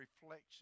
reflection